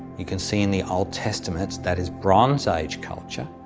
you can see in the old testaments, that is bronze age culture,